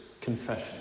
confession